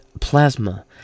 plasma